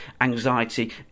anxiety